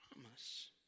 promise